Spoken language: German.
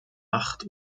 macht